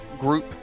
group